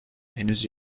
henüz